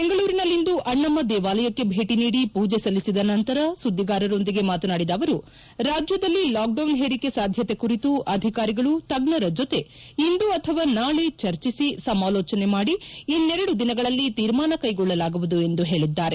ಬೆಂಗಳೂರಿನಲ್ಲಿಂದು ಅಣ್ಣಮ್ಮ ದೇವಾಲಯಕ್ಕೆ ಭೇಟ ನೀಡಿ ಪೂಜೆ ಸಲ್ಲಿಸಿದ ನಂತರ ಸುದ್ದಿಗಾರರೊಂದಿಗೆ ಮಾತನಾಡಿದ ಅವರು ರಾಜ್ಯದಲ್ಲಿ ಲಾಕ್ಡೌನ್ ಹೇರಿಕೆ ಸಾಧ್ಯತೆ ಕುರಿತು ಅಧಿಕಾರಿಗಳು ತಜ್ಜರ ಜೊತೆ ಇಂದು ಅಥವಾ ನಾಳೆ ಚರ್ಚಿಸಿ ಸಮಾಲೋಚನೆ ಮಾಡಿ ಇನ್ನೆರಡು ದಿನಗಳಲ್ಲಿ ತೀರ್ಮಾನ ಕೈಗೊಳ್ಳಲಾಗುವುದು ಎಂದು ಹೇಳಿದರು